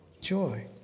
Joy